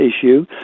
issue